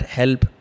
help